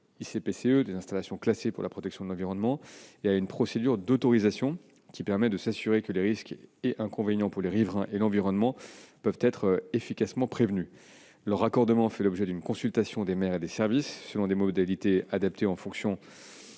des installations classées pour la protection de l'environnement (ICPE) et à une procédure d'autorisation permettant de s'assurer que les risques et inconvénients pour les riverains et l'environnement peuvent être efficacement prévenus. Leur raccordement fait l'objet d'une consultation des maires et des services. Les modalités sont adaptées selon